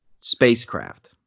spacecraft